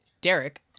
Derek